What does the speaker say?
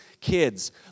kids